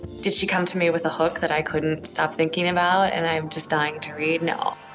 did she come to me with a hook that i couldn't stop thinking about, and i am just dying to read, no.